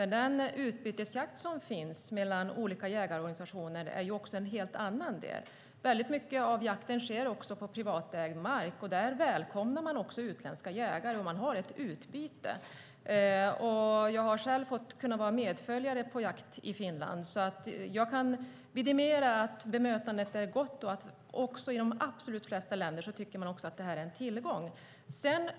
Den utbytesrätt som finns mellan olika jägarorganisationer är en helt annan väg. Väldigt mycket av jakten sker också på privatägd mark. Där välkomnar man utländska jägare och har ett utbyte. Jag har själv varit medföljare på jakt i Finland, så jag kan vidimera att bemötandet är gott och att man i de absolut flesta länder tycker att detta är en tillgång.